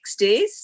60s